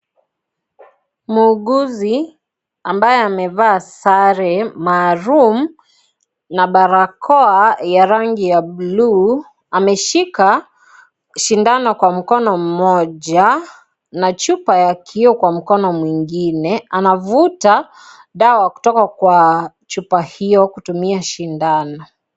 Muuguzi ambaye amevaa sare maalum, na barakoa ya rangi ya buluu ameshika sindano kwa mkono mmoja na chupa ya kioo kwa mkono mwingine, anavuta dawa kutoka kwa chupa hiyo kutumia sindano